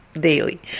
daily